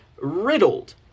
riddled